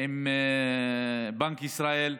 גם בנושא המשכנתה עם בנק ישראל,